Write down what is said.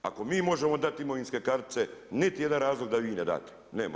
Ako mi možemo dati imovinske kartice, niti jedan razlog da vi ne date nema.